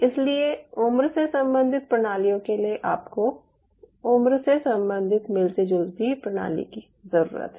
इसलिए उम्र से संबंधित प्रणालियों के लिए आपको उम्र से संबंधित मिलती जुलती प्रणाली की ज़रूरत है